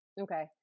okay